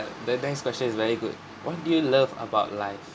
the next question is very good what do you love about life